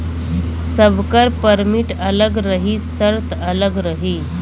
सबकर परमिट अलग रही सर्त अलग रही